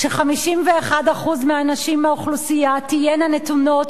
ש-51% מהנשים באוכלוסייה תהיינה נתונות